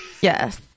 yes